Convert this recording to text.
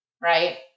Right